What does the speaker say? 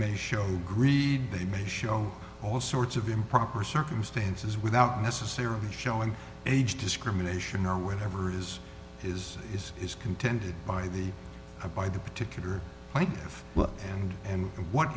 may show greed they may show all sorts of improper circumstances without necessarily showing age discrimination or whatever is is is is contended by the by the particular